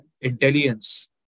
intelligence